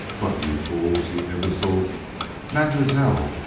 but, you fools, you imbeciles mam'selle,